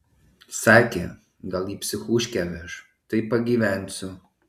sakė gal į psichuškę veš tai pagyvensiu